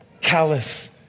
callous